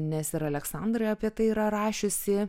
nes ir aleksandra apie tai yra rašiusi